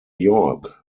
york